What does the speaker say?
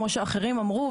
כמו שאחרים אמרו.